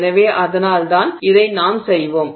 எனவே அதனால்தான் இதை நாம் செய்வோம்